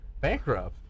bankrupt